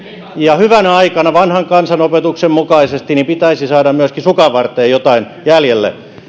ja hyvänä aikana vanhan kansanopetuksen mukaisesti pitäisi saada myöskin sukanvarteen jotain jäljelle